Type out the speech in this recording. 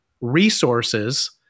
resources